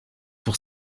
pour